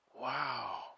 Wow